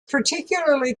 particularly